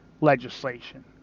legislation